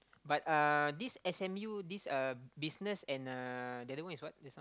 but uh this s_m_u this uh business and uh the other one is what just now